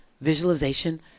visualization